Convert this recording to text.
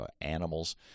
animals